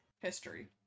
history